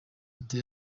ati